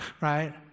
right